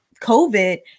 COVID